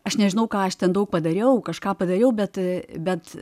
aš nežinau ką aš ten daug padariau kažką padariau bet bet